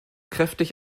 kräftig